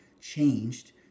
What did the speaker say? changed